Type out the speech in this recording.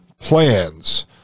plans